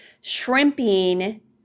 shrimping